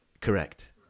Correct